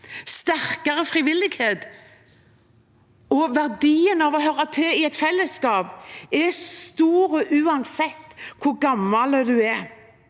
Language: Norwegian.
sterkere frivillighet. Verdien av å høre til i et fellesskap er stor uansett hvor gammel man er,